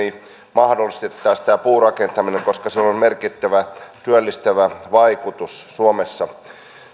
mahdollistettaisiin tämä puurakentaminen koska sillä on merkittävä työllistävä vaikutus suomessa